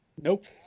Nope